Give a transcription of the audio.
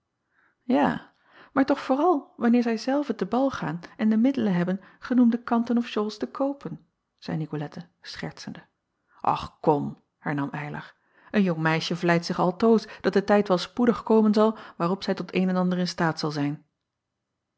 a maar toch vooral wanneer zij zelve te bal gaan en de middelen hebben genoemde kanten of shawls te koopen zeî icolette schertsende ch kom hernam ylar een jong meisje vleit zich altoos dat de tijd wel spoedig komen zal waarop zij tot een en ander in staat zal zijn